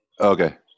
Okay